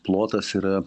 plotas yra